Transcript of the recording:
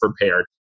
prepared